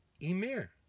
Emir